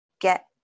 get